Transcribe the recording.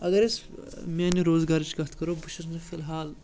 اگر أسۍ میٛانہِ روزگارٕچ کَتھ کَرو بہٕ چھُس نہٕ فِلحال